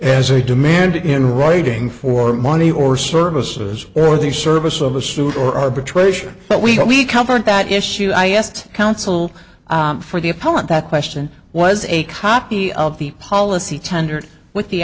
a demand in writing for money or services or the service of a suit or arbitration but we know we covered that issue i asked counsel for the appellant that question was a copy of the policy tendered with the